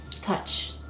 touch